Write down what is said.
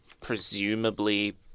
presumably